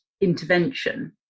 intervention